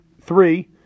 three